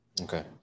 Okay